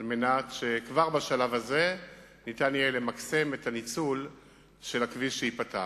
על מנת שכבר בשלב הזה ניתן יהיה למקסם את הניצול של הכביש שייפתח.